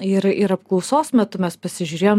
ir ir apklausos metu mes pasižiūrėjom